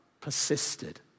persisted